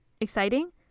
Exciting